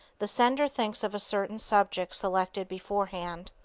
the sender thinks of a certain subject selected before-hand.